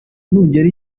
nugera